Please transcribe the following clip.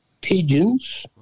pigeons